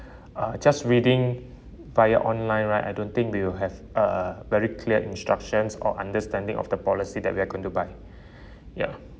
uh just reading via online right I don't think we'll have a very clear instructions or understanding of the policy that we are going to buy ya